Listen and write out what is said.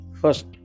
First